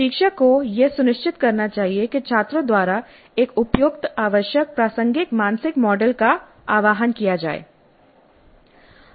प्रशिक्षक को यह सुनिश्चित करना चाहिए कि छात्रों द्वारा एक उपयुक्तआवश्यकप्रासंगिक मानसिक मॉडल का आह्वान किया जाए